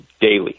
daily